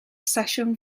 sesiwn